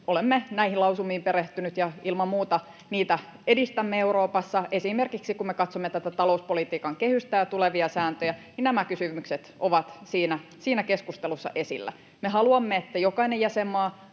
Olemme näihin lausumiin perehtyneet ja ilman muuta niitä edistämme Euroopassa. Esimerkiksi kun me katsomme tätä talouspolitiikan kehystä ja tulevia sääntöjä, niin nämä kysymykset ovat siinä keskustelussa esillä. Me haluamme, että jokainen jäsenmaa